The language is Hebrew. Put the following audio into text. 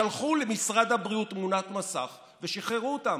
הם שלחו למשרד הבריאות תמונת מסך ושחררו אותם.